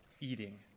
eating